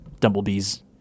Dumblebee's